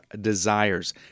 desires